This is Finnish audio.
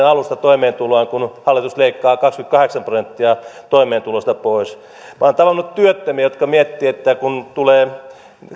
alusta toimeentuloaan kun hallitus leikkaa kaksikymmentäkahdeksan prosenttia toimeentulosta pois minä olen tavannut työttömiä jotka miettivät että kun tulee